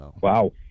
Wow